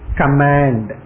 command